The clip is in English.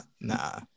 Nah